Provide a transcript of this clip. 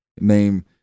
Name